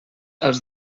els